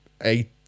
eight